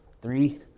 three